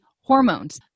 hormones